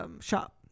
shop